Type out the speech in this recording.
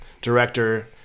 director